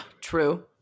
True